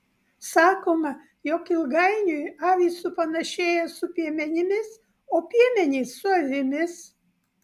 sakoma jog ilgainiui avys supanašėja su piemenimis o piemenys su avimis